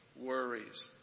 worries